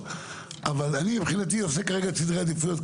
אבל מבחינתי אני עושה כרגע סדרי עדיפויות.